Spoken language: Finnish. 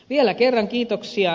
vielä kerran kiitoksia